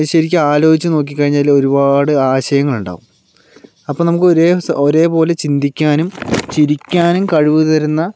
ശരിക്കും ആലോചിച്ചുനോക്കിക്കഴിഞ്ഞാല് ഒരുപാട് ആശയങ്ങള് ഉണ്ടാവും അപ്പോൾ നമുക്ക് ഒരേ ഒരേപോലെ ചിന്തിക്കാനും ചിരിക്കാനും കഴിവ് തരുന്ന